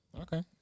Okay